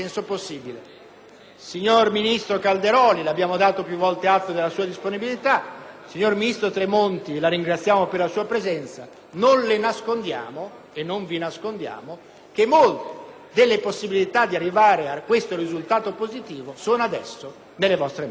Ministro Calderoli, le abbiamo dato più volte atto della sua disponibilità. Ministro Tremonti, la ringraziamo ancora per la sua presenza: non vi nascondiamo che molte delle possibilità di arrivare a questo risultato positivo sono adesso nelle vostre mani.